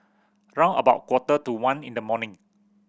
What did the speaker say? round about quarter to one in the morning